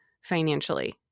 financially